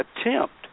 attempt